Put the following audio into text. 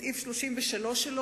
בסעיף 33,